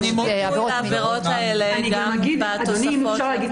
יש ביטוי לעבירות האלה גם בתוספות.